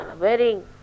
Wearing